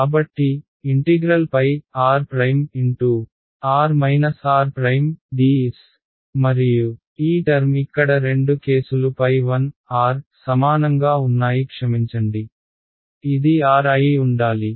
కాబట్టిr'r r'ds మరియు ఈ term ఇక్కడ రెండు కేసులు 1 సమానంగా ఉన్నాయి క్షమించండి ఇది r అయి ఉండాలి